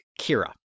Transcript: Kira